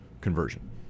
conversion